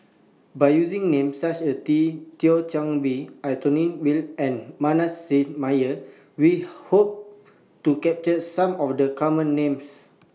By using Names such as Tea Thio Chan Bee Anthony Miller and Manasseh Meyer We Hope to capture Some of The Common Names